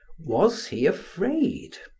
was he afraid?